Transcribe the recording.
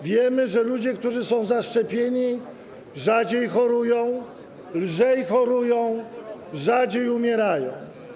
Wiemy, że ludzie, którzy są zaszczepieni, rzadziej chorują, lżej chorują, rzadziej umierają.